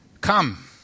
Come